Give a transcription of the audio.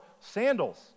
sandals